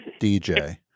DJ